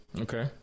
Okay